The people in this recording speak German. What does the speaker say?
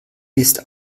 ist